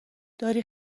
داری